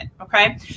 Okay